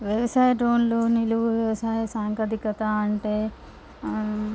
వ్యవసాయ డ్రోన్లు నిలువ వ్యవసాయ సాంకేతికత అంటే